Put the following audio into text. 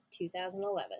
2011